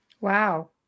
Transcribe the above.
Wow